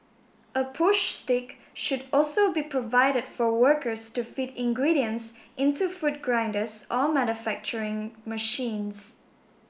a push stick should also be provided for workers to feed ingredients into food grinders or manufacturing machines